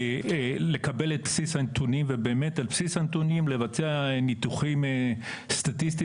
לקבל את בסיס הנתונים ובאמת על בסיס הנתונים לבצע ניתוחים סטטיסטיים